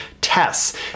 tests